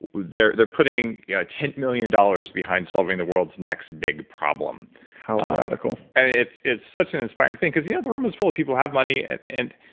they're they're putting yeah ten million dollars behind solving the world's next big problem how radical and it's it's such an inspiring thing cause you know the room is full of people who have money and and,